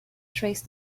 trace